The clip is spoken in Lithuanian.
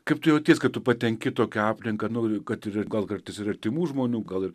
kaip tu jauties kai tu patenki į tokią aplinką nu kad ir gal kartais ir artimų žmonių gal ir